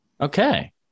Okay